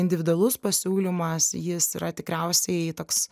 individualus pasiūlymas jis yra tikriausiai toks